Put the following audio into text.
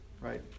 right